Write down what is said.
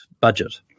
budget